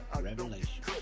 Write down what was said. Revelation